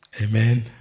amen